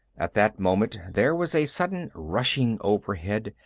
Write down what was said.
at that moment, there was a sudden rushing overhead,